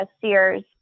Sears